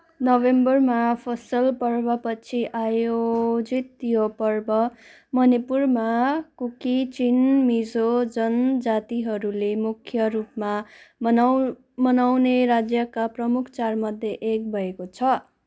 नोभेम्बरमा फसल पर्वपछि आयोजित यो पर्व मणिपुरमा कुकी चिन मिजो जनजातिहरूले मुख्य रूपमा मनाउने राज्यका प्रमुख चाडमध्ये एक भएको छ